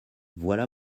voilà